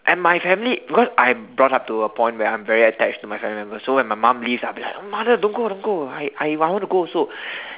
and my family because I brought up to a point where I very attached to my family members so when my mum leaves I was like mother don't go don't go I I I want to go also